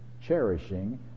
cherishing